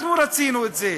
אנחנו רצינו את זה,